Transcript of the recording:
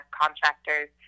contractors